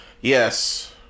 Yes